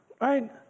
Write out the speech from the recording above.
right